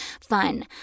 fun